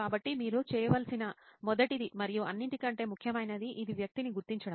కాబట్టి మీరు చేయవలసిన మొదటిది మరియు అన్నిటికంటే ముఖ్యమైనది ఇది వ్యక్తిని గుర్తించడం